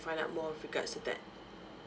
find out more with regards to that